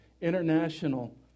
international